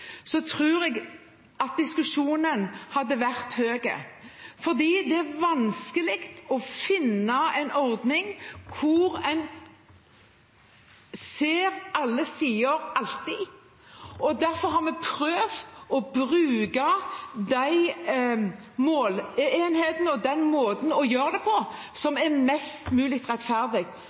Så vil jeg svare på spørsmålet om diskusjonen om erstatningsordning. Uavhengig av hva slags kompensasjonsordning som hadde blitt valgt, tror jeg at diskusjonen hadde gått høyt, for det er vanskelig å finne en ordning der en ser alle sider – alltid. Derfor har vi prøvd å bruke de måleenhetene og den måten å